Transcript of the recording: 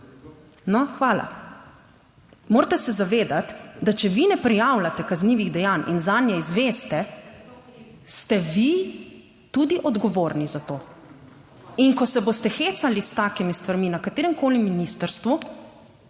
No, hvala. Morate se zavedati, da če vi ne prijavljate kaznivih dejanj in zanje izveste, ste vi tudi odgovorni za to. In ko se boste hecali s takimi stvarmi, na kateremkoli ministrstvu,